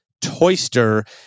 Toyster